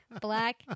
black